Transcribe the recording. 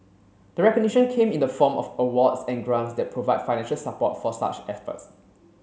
the recognition came in the form of awards and grants that provide financial support for such efforts